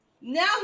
Now